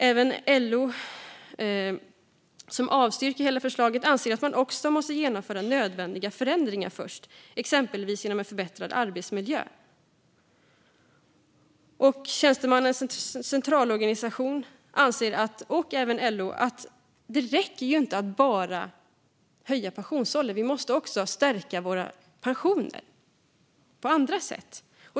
Även LO, som avstyrker hela förslaget, anser att man måste genomföra nödvändiga förändringar först, exempelvis genom en förbättrad arbetsmiljö. Tjänstemännens Centralorganisation och LO anser att det inte räcker att bara höja pensionsåldern. Vi måste också stärka våra pensioner på andra sätt.